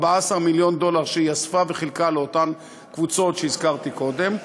14 מיליון דולר שהיא אספה וחילקה לאותן קבוצות שהזכרתי קודם.